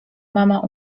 mama